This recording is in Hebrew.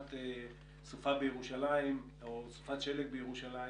כדוגמת סופה בירושלים, או סופת שלג בירושלים,